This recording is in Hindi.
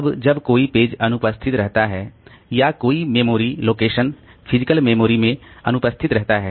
अब जब कोई पेज अनुपस्थित रहता है या कोई मेमोरी लोकेशन फिजिकल मेमोरी में अनुपस्थित रहता है